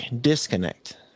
disconnect